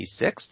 26th